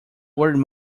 word